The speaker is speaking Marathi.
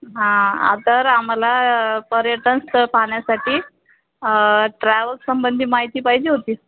हां तर आम्हाला पर्यटन स्थळ पाहण्यासाठी ट्रॅव्हल्ससंबंधी माहिती पाहिजे होती